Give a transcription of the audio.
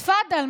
תפדל,